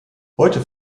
heute